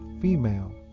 female